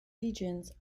regions